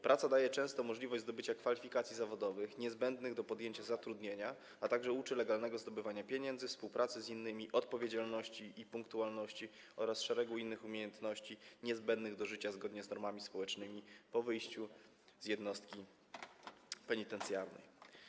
Praca daje często możliwość zdobycia kwalifikacji zawodowych niezbędnych do podjęcia zatrudnienia, a także uczy legalnego zdobywania pieniędzy, współpracy z innymi, odpowiedzialności i punktualności oraz szeregu innych umiejętności niezbędnych do życia zgodnego z normami społecznymi po wyjściu z jednostki penitencjarnej.